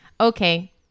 Okay